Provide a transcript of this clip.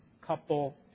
couple